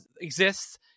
exists